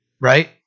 Right